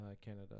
Canada